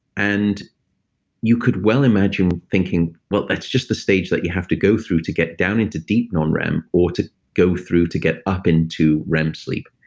and you could well imagine thinking, well, that's just the stage that you have to go through to get down into deep non-rem, or go through to get up into rem sleep.